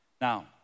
Now